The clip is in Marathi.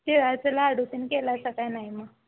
तिळाचा लाडू पण केला होता काय नाही मग